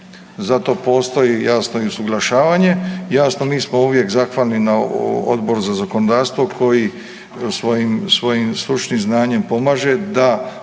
zato postoji jasno i usuglašavanje, jasno mi smo uvijek zahvalni Odboru za zakonodavstvo koji svojim, svojim stručnim znanjem pomaže da